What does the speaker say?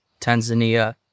Tanzania